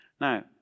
Now